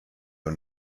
und